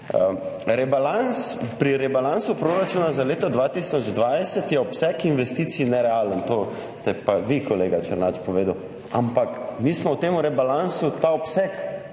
izjemen: pri rebalansu proračuna za leto 2020 je obseg investicij nerealen. To ste pa vi, kolega Černač, povedali. Ampak mi smo v tem rebalansu ta obseg